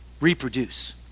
Reproduce